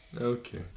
Okay